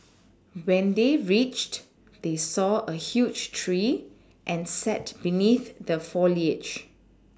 when they reached they saw a huge tree and sat beneath the foliage